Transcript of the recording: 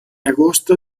agosto